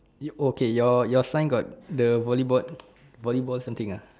it okay your your sign got the volleyball volleyball something ah